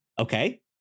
Okay